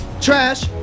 trash